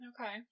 Okay